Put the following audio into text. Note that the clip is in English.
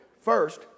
First